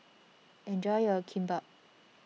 enjoy your Kimbap